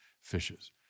fishes